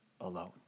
alone